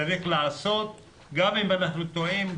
צריך לעשות גם אם אנחנו טועים,